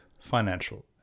financial